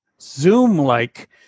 Zoom-like